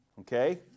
Okay